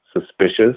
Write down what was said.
suspicious